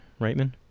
Reitman